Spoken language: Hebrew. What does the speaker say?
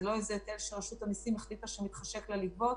זה לא איזה היטל שרשות המסים החליטה שמתחשק לה לגבות